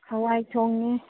ꯍꯋꯥꯏ ꯊꯣꯡꯉꯦ